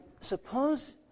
Suppose